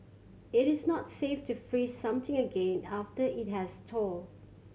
it is not safe to freeze something again after it has thawed